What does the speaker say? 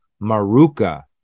Maruka